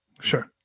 Sure